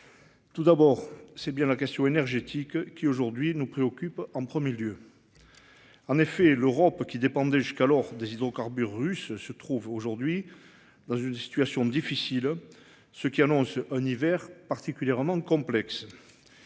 Tout d'abord, c'est bien la question énergétique qui aujourd'hui nous préoccupe en 1er lieu. En effet, l'Europe qui dépendaient jusqu'alors des hydrocarbures russes, se trouve aujourd'hui dans une situation difficile. Ce qui annonce un hiver particulièrement complexe.